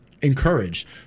encouraged